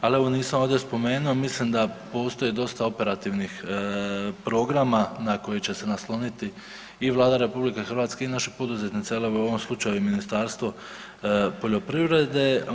Ali evo nisam ovdje spomenuo, mislim da postoji dosta operativnih programa na koje će se nasloniti i Vlada RH i naši poduzetnici, u ovom slučaju i Ministarstvo poljoprivrede.